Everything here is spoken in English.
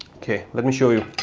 okay, let me show you.